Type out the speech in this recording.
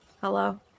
Hello